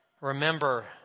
remember